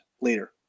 later